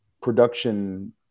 production